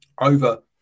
over